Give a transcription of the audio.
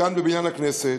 כאן בבניין הכנסת,